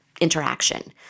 interaction